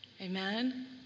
Amen